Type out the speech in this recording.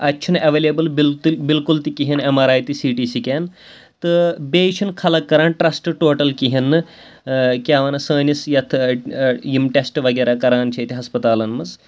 اَتہِ چھُنہٕ اٮ۪ویلیبٕل بِلتُل بالکل تہِ کِہیٖنۍ ایم آر آی تہِ سی ٹی سٕکین تہٕ بیٚیہِ چھِنہٕ خلق کَران ٹرٛسٹہٕ ٹوٹَل کِہیٖنۍ نہٕ کیٛاہ وَنان سٲنِس یَتھ یِم ٹٮ۪سٹ وغیرہ کَران چھِ ییٚتہِ ہَسپَتالَن منٛز